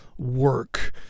work